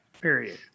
period